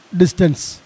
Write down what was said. distance